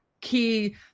key